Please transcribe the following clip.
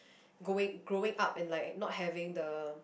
going growing up and like not having the